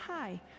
Hi